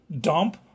dump